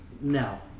No